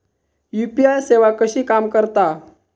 UPI सेवा कशी काम करता?